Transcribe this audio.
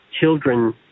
children